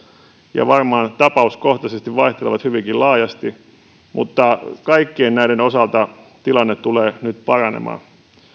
ja varmaan tapauskohtaisesti vaihtelevat hyvinkin laajasti mutta kaikkien näiden osalta tilanne tulee nyt paranemaan